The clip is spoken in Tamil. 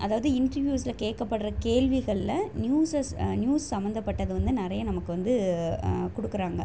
அதாவது இன்ட்ரிவியூஸ்ல கேட்கப்பட்ற கேள்விகள்ல நியூஸஸ் நியூஸ் சம்மந்தப்பட்டது வந்து நிறையா நமக்கு வந்து கொடுக்குறாங்க